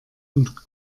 und